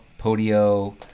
Podio